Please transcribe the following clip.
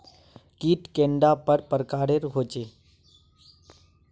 कीट कैडा पर प्रकारेर होचे?